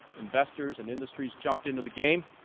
investors and industries jumped into the game,